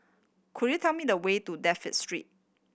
could you tell me the way to Dafne Street